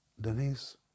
Denise